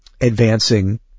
advancing